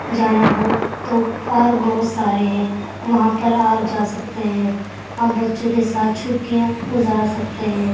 جانا ہو تو پارک بہت سارے ہیں وہاں پر آپ جا سکتے ہیں آپ بچوں کے ساتھ چھٹیاں گزار سکتے ہیں